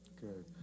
Good